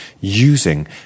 using